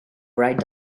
right